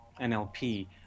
NLP